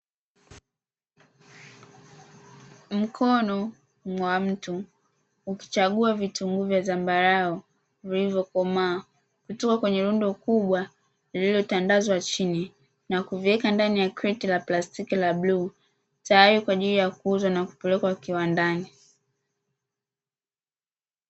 Mkono wa mtu ukichagua vitunguu vya zambarau vilivyokomaa kutoka kwenye rundo kubwa lililotandazwa chini, na kuviweka kwenye kreti la plastiki la bluu tayari kwa ajili ya kuuzwa na kupelekwa kiwandani.